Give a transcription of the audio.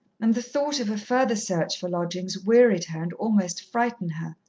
and the thought of a further search for lodgings wearied her and almost frightened her.